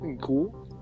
Cool